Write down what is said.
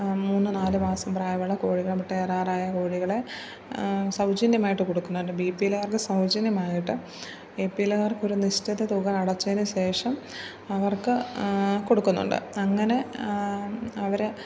മൂന്നുനാല് മാസം പ്രായമുള്ള കോഴികളെ മുട്ടയിടാറായ കോഴികളെ സൗജന്യമായിട്ട് കൊടുക്കുന്നുണ്ട് ബി പി എൽകാർക്ക് സൗജന്യമായിട്ട് എ പി എൽകാർക്ക് ഒരു നിശ്ചിത തുക അടച്ചതിനുശേഷം അവർക്ക് കൊടുക്കുന്നുണ്ട് അങ്ങനെ അവരെ